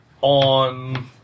On